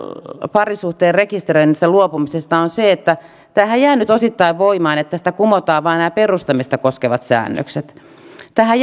parisuhteen rekisteröinnistä luopumisessa on se että tämähän jää nyt osittain voimaan eli tässä kumotaan vain nämä perustamista koskevat säännökset tähän